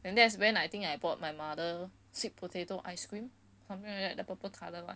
and that's when I think I bought my mother sweet potato ice cream something like that the purple colour [one]